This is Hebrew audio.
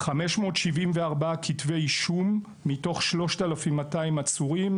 574 כתבי אישום מתוך 3,200 עצורים,